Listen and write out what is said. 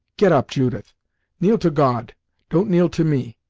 get up, judith kneel to god don't kneel to me.